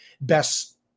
best